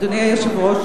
אדוני היושב-ראש,